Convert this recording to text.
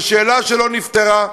אבל שאלה שלא נפתרה,